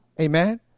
Amen